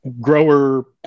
grower